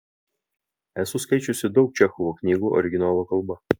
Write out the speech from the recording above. esu skaičiusi daug čechovo knygų originalo kalba